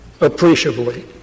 appreciably